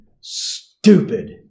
stupid